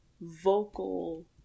vocal